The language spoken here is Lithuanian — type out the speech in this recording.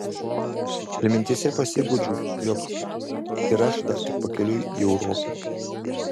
ir mintyse pasiguodžiu jog ir aš dar tik pakeliui į europą